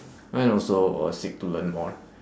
and also uh seek to learn more